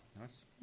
Nice